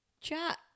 chat